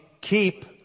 keep